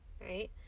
right